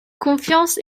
confiance